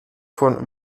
von